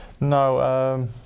No